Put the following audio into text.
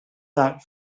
that